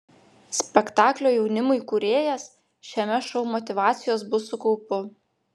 spektaklio jaunimui kūrėjas šiame šou motyvacijos bus su kaupu